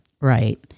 Right